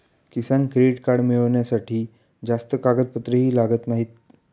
किसान credit card मिळवण्यासाठी जास्त कागदपत्रेही लागत नाहीत